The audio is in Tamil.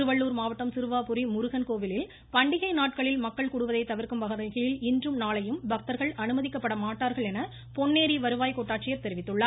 திருவள்ளூர் மாவட்டம் சிறுவாபுரி முருகன் கோவிலில் பண்டிகை நாட்களில் மக்கள் கூடுவதை தவிர்க்கும் வகையில் இன்றும் நாளையும் பக்தர்கள் அனுமதிக்கப்பட மாட்டார்கள் என பொன்னேரி வருவாய் கோட்டாட்சியர் தெரிவித்துள்ளார்